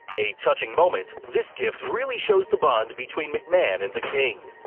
a touching moment, this gift really shows the bond between mcmahon and the king.